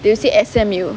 they will say S_M_U